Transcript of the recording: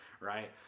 right